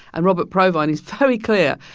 and robert provine, he's very clear.